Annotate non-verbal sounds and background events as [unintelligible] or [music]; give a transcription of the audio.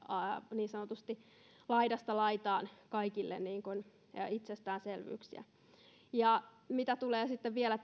niin sanotusti laidasta laitaan kaikille itsestäänselvyyksiä mitä tulee sitten vielä [unintelligible]